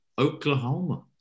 Oklahoma